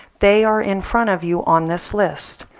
they are in front of you on this list.